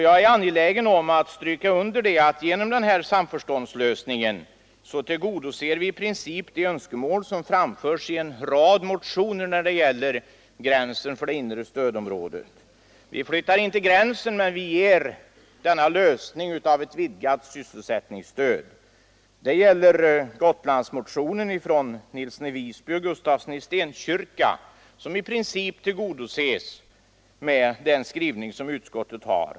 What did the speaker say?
Jag är angelägen om att stryka under att vi genom denna samförståndslösning i princip tillgodoser de önskemål som framförts i en rad motioner när det gäller gränsen för det inre stödområdet. Vi flyttar inte gränsen, men vi föreslår en lösning som innebär ett vidgat sysselsättningsstöd. Genom utskottets skrivning tillgodoses i princip Gotlandsmotionen från herrar Nilsson i Visby och Gustafsson i Stenkyrka.